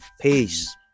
Peace